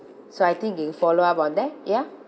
so I think you'll follow up on ya